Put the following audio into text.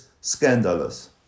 scandalous